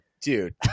dude